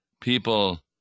People